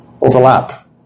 overlap